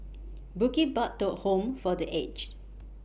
Bukit Batok Home For The Aged